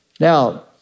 Now